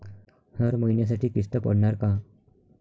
हर महिन्यासाठी किस्त पडनार का?